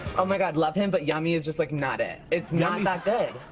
oh, my god, love him, but yummy is just, like, not it. it's not that good.